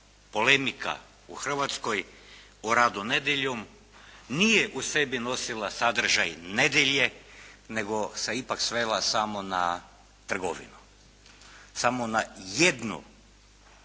polemika u Hrvatskoj o radu nedjeljom nije u sebi nosila sadržaj nedjelje nego se ipak svela samo na trgovinu. Samo na jednu